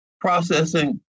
processing